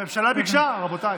הממשלה ביקשה, רבותיי.